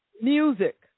Music